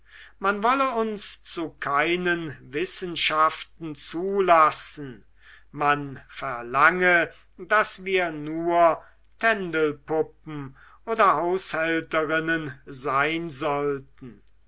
man wolle uns zu keinen wissenschaften zulassen man verlange daß wir nur tändelpuppen und haushälterinnen sein sollten